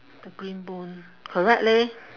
the green bone correct leh